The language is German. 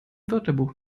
wörterbuch